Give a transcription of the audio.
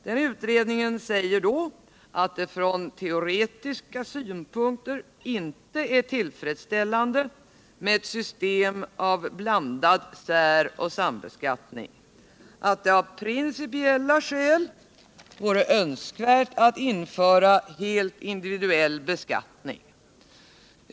Den utredningen sade då att det från teoretiska synpunkter inte är tillfredsställande med ett system av blandad säroch sambeskattning utan att det av principiella skäl vore önskvärt att införa en helt individuell beskattning.